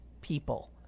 people